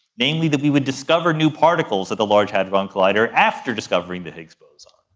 namely that we would discover new particles at the large hadron collider after discovering the higgs boson.